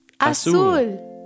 Azul